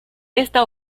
esta